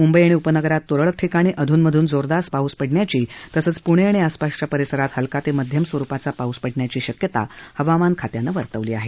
मुंबई अणि उपनगरात तुरळक ठिकाणी अधूनमधून जोरदार पाऊस पडण्याची तसंच प्णे आणि आसपासच्या परिसरात हलका ते मध्यम स्वरुपाचा पाऊस पडण्याची शक्यता हवामान खात्यानं वर्तवली आहे